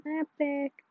epic